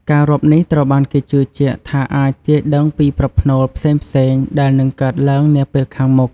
ការរាប់នេះត្រូវបានគេជឿជាក់ថាអាចទាយដឹងពីប្រផ្នូលផ្សេងៗដែលនឹងកើតឡើងនាពេលខាងមុខ។